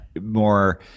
more